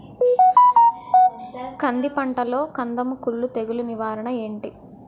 కంది పంటలో కందము కుల్లు తెగులు నివారణ ఏంటి?